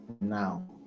now